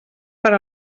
per